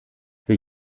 für